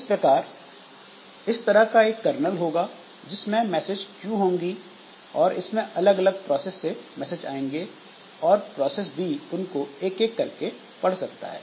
इस प्रकार इस तरह का एक कर्नल होगा जिसमें मैसेज क्यू होंगी और इसमें अलग अलग प्रोसेस से मैसेज आएंगे और प्रोसेस B उनको एक एक करके पढ़ सकता है